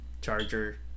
charger